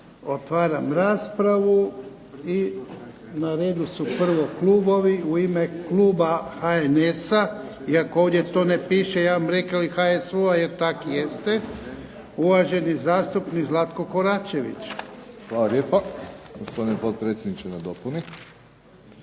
Otvaram raspravu i na redu su prvo klubovi. U ime Kluba HNS-a, iako ovdje to ne piše, ja bum rekel HSU-a jer tako jeste, uvaženi zastupnik Zlatko KOračević. **Koračević, Zlatko (HNS)** Hvala lijepo, gospodine potpredsjedniče, na dopuni.